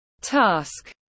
task